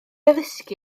addysgu